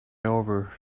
over